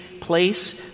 place